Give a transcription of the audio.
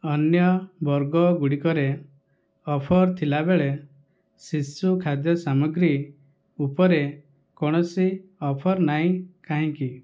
ଅନ୍ୟ ବର୍ଗଗୁଡ଼ିକରେ ଅଫର୍ ଥିବାବେଳେ ଶିଶୁ ଖାଦ୍ୟ ସାମଗ୍ରୀ ଉପରେ କୌଣସି ଅଫର୍ ନାହିଁ କାହିଁକି